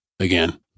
Again